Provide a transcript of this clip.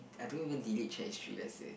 I don't even delete chat history let's say